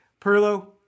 Perlo